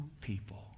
people